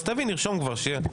תביא ונרשום כבר שיהיה,